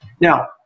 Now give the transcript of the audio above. Now